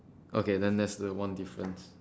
okay then there's the one difference